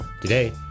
Today